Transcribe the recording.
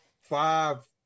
five